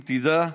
אם תדע,